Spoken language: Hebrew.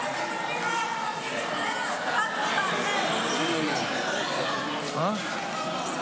אין תירוצים --- הוא ירד.